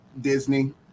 Disney